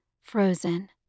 frozen